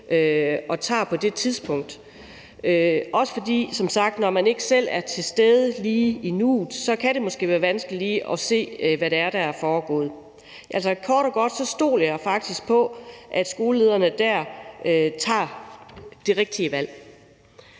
og tager på det tidspunkt. Også som sagt fordi det måske, når man ikke selv er til stede lige i nuet, kan være vanskeligt at se, hvad det er, der er foregået. Kort og godt stoler jeg faktisk på, at skolelederne dér tager de rigtige valg.